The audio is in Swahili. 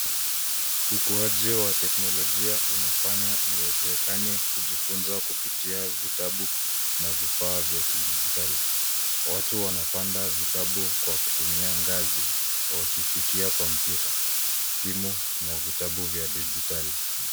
Ukuaji wa teknolojia unafanya iwezekane kujifunza kupitia vitabu na vifaa vya kijidijitali. Watu wanapanda vitabu kwa kutumia ngazi wakifikia kompyuta, simu na vitabu vya kidijitali.